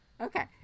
okay